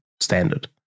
standard